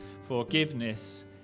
forgiveness